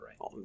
right